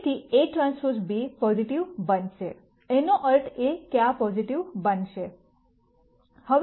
તેથી Aᵀ b positive બનશે તેનો અર્થ એ કે આ પોઝિટિવ બનશે